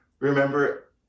Remember